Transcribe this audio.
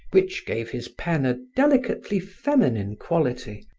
which gave his pen a delicately feminine quality,